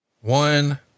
One